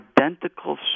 identical